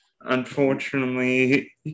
Unfortunately